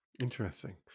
Interesting